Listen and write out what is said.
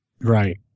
Right